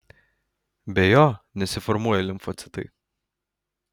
be jo nesiformuoja limfocitai